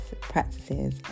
practices